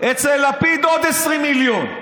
אצל לפיד עוד 20 מיליון.